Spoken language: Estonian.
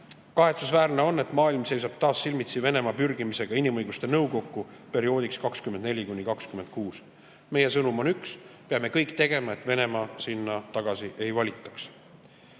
Kahetsusväärne on, et maailm seisab taas silmitsi Venemaa pürgimisega inimõiguste nõukokku perioodiks 2024–2026. Meie sõnum on üks: peame kõik tegema, et Venemaad sinna tagasi ei valitaks. Täna